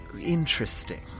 interesting